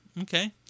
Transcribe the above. okay